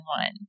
one